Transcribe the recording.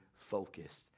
focused